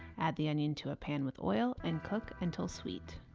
add the onion to a pan with oil and cook until sweet.